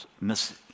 Miss